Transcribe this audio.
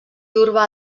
urbà